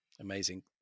amazing